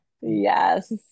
Yes